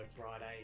Friday